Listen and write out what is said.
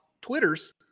Twitters